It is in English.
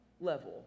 level